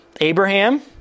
Abraham